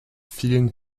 vielen